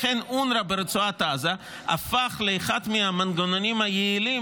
לכן אונר"א ברצועת עזה הפך לאחד מהמנגנונים היעילים